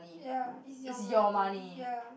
ya is your money ya